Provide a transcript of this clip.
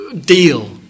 deal